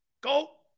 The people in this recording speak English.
Go